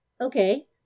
Okay